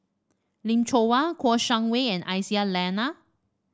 Lim Chong Kouo Shang Wei and Aisyah Lyana